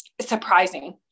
surprising